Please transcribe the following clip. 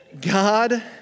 God